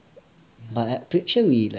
but I'm pretty sure we like